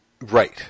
Right